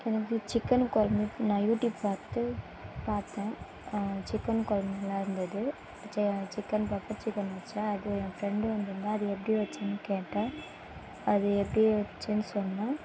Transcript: எனக்கு சிக்கன் கொழம்பு நான் யூடியூப் பார்த்து பார்த்தேன் சிக்கன் கொழம்பு நல்லா இருந்தது சிக்கன் பார்த்து சிக்கன் வைச்சேன் அது என் ஃப்ரெண்டு வந்திருந்தா அது எப்படி வைச்சனு கேட்டாள் அது எப்படி வைச்சேன்னு சொன்னே